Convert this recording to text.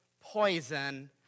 poison